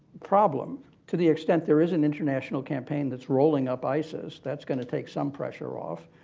problem. to the extent there is an international campaign thats rolling up isis, thats going to take some pressure off.